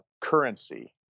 currency